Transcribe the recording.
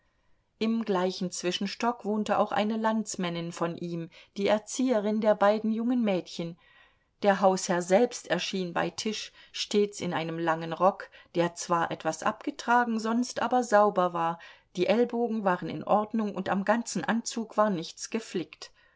im gleichen zwischenstock wohnte auch eine landsmännin von ihm die erzieherin der beiden jungen mädchen der hausherr selbst erschien bei tisch stets in einem langen rock der zwar etwas abgetragen sonst aber sauber war die ellbogen waren in ordnung und am ganzen anzug war nichts geflickt